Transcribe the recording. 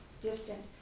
distant